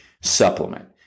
supplement